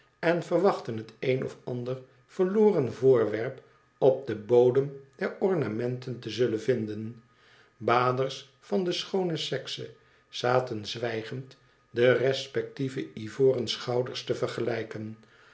en verwachtten het een of ander verloren voorwerp op den bodem der ornamenten te zullen vinden baders van de schoone sekse zaten zwijgend de respectieve ivoren schouders te vergelijken